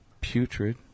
putrid